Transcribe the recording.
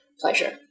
pleasure